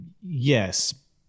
Yes